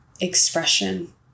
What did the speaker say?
expression